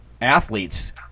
athletes